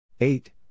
Eight